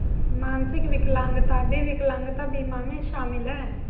मानसिक विकलांगता भी विकलांगता बीमा में शामिल हैं